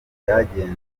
byagenze